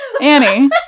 Annie